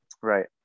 Right